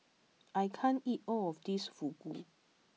I can't eat all of this Fugu